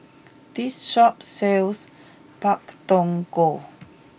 this shop sells Pak Thong Ko